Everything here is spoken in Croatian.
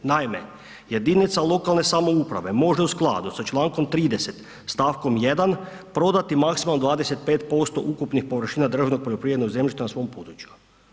Naime, jedinice lokalne samouprave može u skladu sa čl. 30. st. 1 prodati maksimalno 25% ukupnih površina drvnog poljoprivrednog zemljišta na svom području.